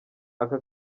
aka